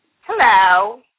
Hello